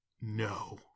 no